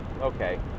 okay